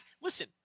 listen